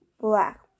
black